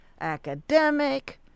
academic